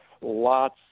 lots